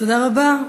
תודה רבה.